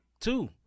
Two